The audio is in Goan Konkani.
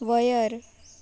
वयर